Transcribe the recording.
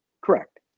Correct